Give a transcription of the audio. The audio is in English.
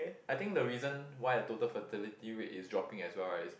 I think the reason why the total fertility rate is dropping as well as